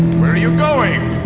where are you going?